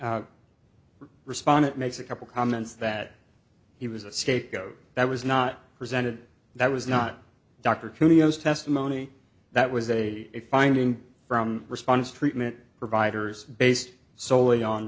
respondent makes a couple comments that he was a scapegoat that was not presented that was not dr trujillo's testimony that was a finding from response treatment providers based solely on